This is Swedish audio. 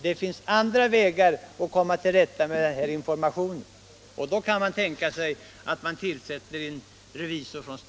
Det finns andra vägar att lösa informationsproblemet.